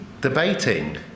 debating